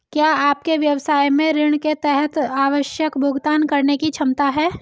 क्या आपके व्यवसाय में ऋण के तहत आवश्यक भुगतान करने की क्षमता है?